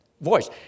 voice